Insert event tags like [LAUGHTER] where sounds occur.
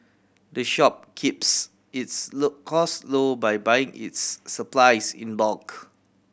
the shop keeps its [UNINTELLIGIBLE] costs low by buying its supplies in bulk